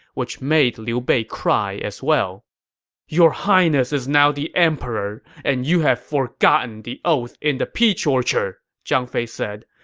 which made liu bei cry as well your highness is now the emperor, and you have forgotten the oath in the peach orchard! zhang fei said.